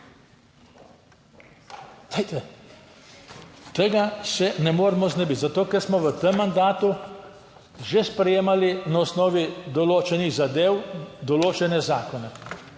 tega se ne moremo znebiti, zato ker smo v tem mandatu že sprejemali, na osnovi določenih zadev določene zakone.